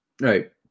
right